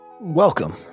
Welcome